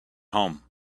home